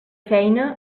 feina